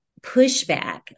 pushback